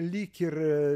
lyg ir